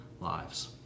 lives